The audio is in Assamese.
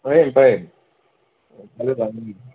পাৰিম পাৰিম কাইলৈ পাৰিম